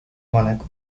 monaco